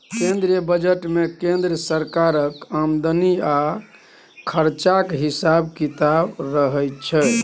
केंद्रीय बजट मे केंद्र सरकारक आमदनी आ खरचाक हिसाब किताब रहय छै